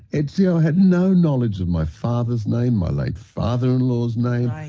etsy ah had no knowledge of my father's name, my late father-in-law's name,